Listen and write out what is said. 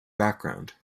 background